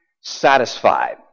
satisfied